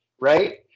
right